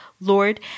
Lord